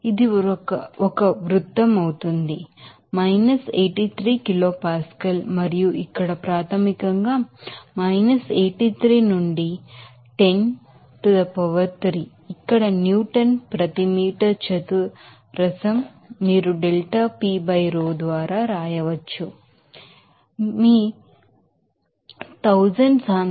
ఇది ఒక వృత్తం అవుతుంది 83 kilo Pascal కిలో పాస్కల్ మరియు ఇక్కడ ప్రాథమికంగా 83 నుండి 10 to the power 3 ఇక్కడ newton per meter is square delta P by rho ద్వారా వ్రాయవచ్చు డెన్సిటీ 1000